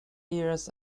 years